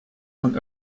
von